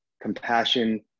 compassion